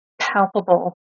palpable